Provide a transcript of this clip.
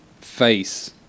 face